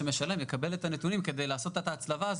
המשלם יקבל את הנתונים כדי לעשות את ההצלבה.